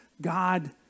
God